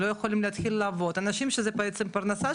לא יכולים להתחיל לעבוד אנשים שזו בעצם הפרנסה